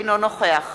אינו נוכח